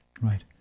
Right